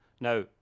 Now